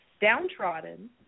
downtrodden